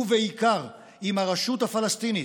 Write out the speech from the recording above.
ובעיקר עם הרשות הפלסטינית,